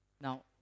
Now